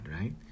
right